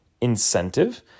incentive